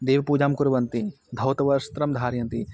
देवपूजां कुर्वन्ति धौतवस्त्रं धारयन्ति